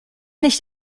nicht